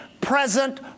present